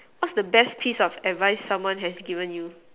what's the best piece of advise someone has ever given you